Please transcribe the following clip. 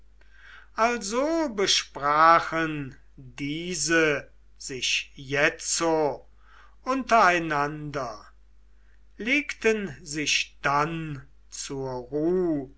also besprachen diese sich jetzo untereinander legten sich dann zur ruh